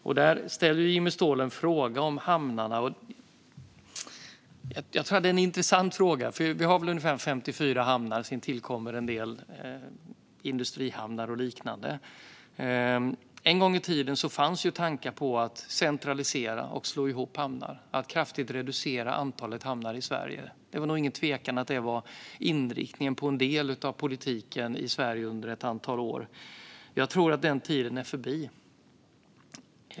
Jimmy Ståhl ställde en fråga om hamnarna, och det är en intressant fråga. Vi har väl ungefär 54 hamnar, och sedan tillkommer det en del industrihamnar och liknande. En gång i tiden fanns tankar om att centralisera, slå ihop hamnar och kraftigt reducera antalet hamnar i Sverige. Det var utan tvekan inriktningen på en del av politiken i Sverige under ett antal år. Jag tror att den tiden är förbi.